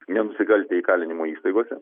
nenusikaltę įkalinimo įstaigose